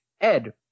Ed